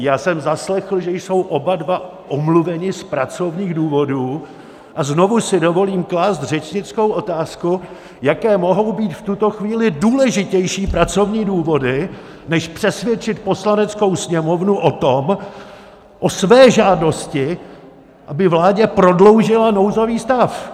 Já jsem zaslechl, že jsou oba dva omluveni z pracovních důvodů, a znovu si dovolím klást řečnickou otázku, jaké mohou být v tuto chvíli důležitější pracovní důvody než přesvědčit Poslaneckou sněmovnu o své žádosti, aby vládě prodloužila nouzový stav.